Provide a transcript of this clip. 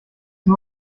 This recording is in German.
nur